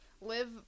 live